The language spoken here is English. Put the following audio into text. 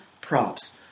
Props